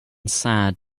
sad